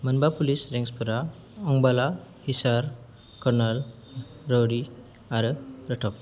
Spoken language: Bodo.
मोनबा पुलिस रेंजफोरा अंबाला हिसार करनाल रावड़ी आरो रोहतक